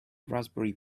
raspberry